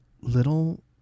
little